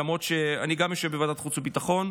למרות שאני יושב גם בוועדת חוץ וביטחון.